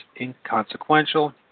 inconsequential